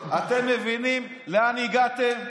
אתם מבינים לאן הגעתם?